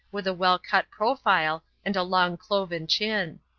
with a well-cut profile and a long cloven chin.